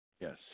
yes